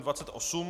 28.